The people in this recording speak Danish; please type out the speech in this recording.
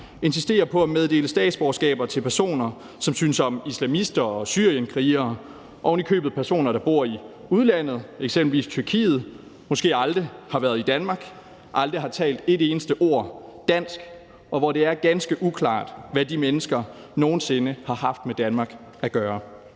insisterer på at meddele statsborgerskaber til personer, som synes om islamister og syrienskrigere. Der kan ovenikøbet være personer, der bor i udlandet, eksempelvis Tyrkiet, som måske aldrig har været i Danmark og aldrig har talt et eneste ord dansk, og det er ganske uklart, hvad de mennesker nogen sinde har haft med Danmark at gøre,